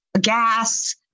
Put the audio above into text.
gas